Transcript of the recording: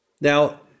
Now